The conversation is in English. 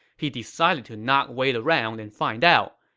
he decided to not wait around and find out.